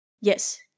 Yes